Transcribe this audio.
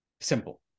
Simple